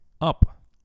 up